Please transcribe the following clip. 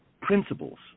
principles